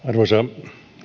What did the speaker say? arvoisa